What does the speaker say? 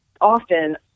often